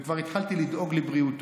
וכבר התחלתי לדאוג לבריאותו.